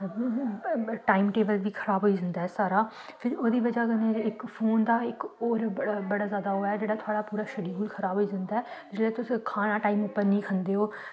time table बी खराब होई जंदा सारा ते फिर ओह्दी बजह कन्नै गै इक्क फोन दा इक्क होर बड़ा जादा ऐ की जेह्ड़ा थुआढ़ा शरीर ऐ ओह् खराब होई जंदा ऐ जेह्ड़ा तुस खाना टाईम पर नेईं खंदे ओ ते ओह्दी बजह कन्नै बी साढ़ी जेह्ड़ी हेल्थ इश्यूज़ न जेह्ड़ी होई जंदियां न